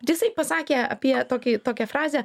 jisai pasakė apie tokį tokią frazę